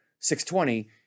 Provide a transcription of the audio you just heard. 620